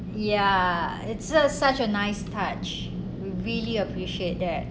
ya it's such a nice touch we really appreciate that